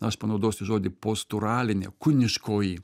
aš panaudosiu žodį posturalinė kūniškoji